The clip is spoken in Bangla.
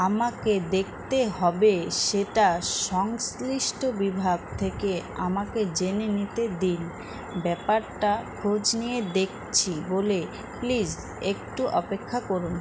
আমাকে দেখতে হবে সেটা সংশ্লিষ্ট বিভাগ থেকে আমাকে জেনে নিতে দিন ব্যাপারটা খোঁজ নিয়ে দেখছি বলে প্লিজ একটু অপেক্ষা করুন